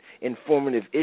informative